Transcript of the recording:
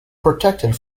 protected